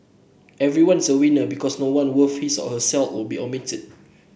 everyone's a winner because no one worth his or her salt will be omitted